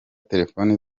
telefoni